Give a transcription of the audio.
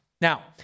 Now